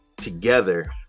together